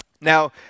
now